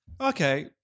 Okay